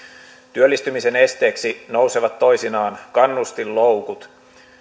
työllistymisen esteeksi nousevat toisinaan kannustinloukut